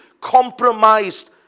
compromised